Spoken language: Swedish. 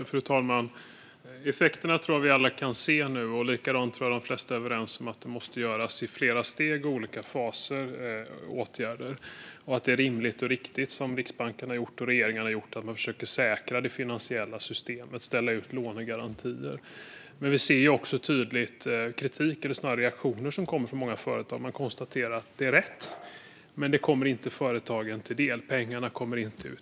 Fru talman! Effekterna tror jag att vi alla nu kan se. Likadant tror jag att de allra flesta är överens om att det måste göras åtgärder i flera steg och olika faser. Det är rimligt och riktigt som Riksbanken och regeringen har gjort att försöka säkra det finansiella systemet och ställa ut lånegarantier. Men vi ser också tydligt reaktioner som kommer från många företag. De konstaterar att det är rätt, men det kommer inte företagen till del. Pengarna kommer inte ut.